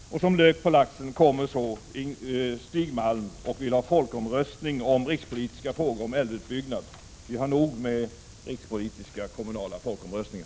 Som lök på laxen kommer så Stig Malm och vill ha folkomröstning om rikspolitiska frågor med anledning av en älvutbyggnad. Vi har nog med rikspolitiska kommunala folkomröstningar!